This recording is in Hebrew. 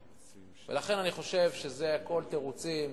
לכן, אני חושב שזה הכול תירוצים,